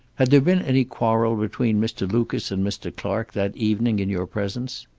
had there been any quarrel between mr. lucas and mr. clark that evening in your presence?